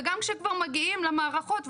וגם כשכבר מגיעים למערכות,